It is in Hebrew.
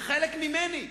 זה חלק ממני.